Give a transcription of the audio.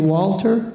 Walter